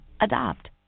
Adopt